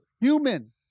human